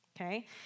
Okay